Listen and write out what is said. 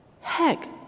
Heck